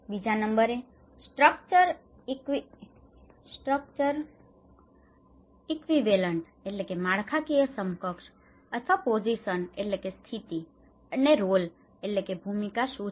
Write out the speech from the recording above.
બીજા નંબરે structural equivalent structural equivalents માળખાકીય સમકક્ષ અથવા પોજિશન position સ્થિતિ અને રોલ role ભૂમિકા શું છે